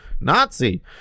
Nazi